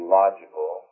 logical